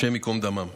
השם ייקום דמם.